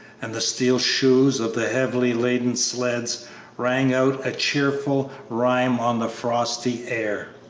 and the steel shoes of the heavily laden sleds rang out a cheerful rhyme on the frosty air.